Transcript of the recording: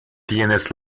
tienes